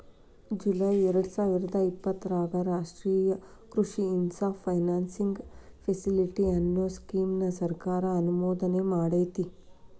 July ಎರ್ಡಸಾವಿರದ ಇಪ್ಪತರಾಗ ರಾಷ್ಟ್ರೇಯ ಕೃಷಿ ಇನ್ಫ್ರಾ ಫೈನಾನ್ಸಿಂಗ್ ಫೆಸಿಲಿಟಿ, ಅನ್ನೋ ಸ್ಕೇಮ್ ನ ಸರ್ಕಾರ ಅನುಮೋದನೆಮಾಡೇತಿ